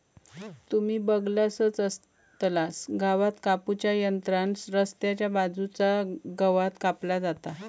तुम्ही बगलासच आसतलास गवात कापू च्या यंत्रान रस्त्याच्या बाजूचा गवात कापला जाता